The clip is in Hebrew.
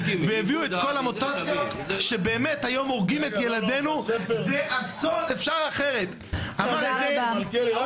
ישיבה מס' 12. אני בטוח שלא תדעי שיש לי הצעה לסדר,